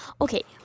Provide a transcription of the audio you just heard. Okay